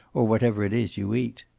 or whatever it is you eat.